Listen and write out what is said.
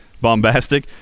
bombastic